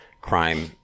crime